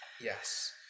yes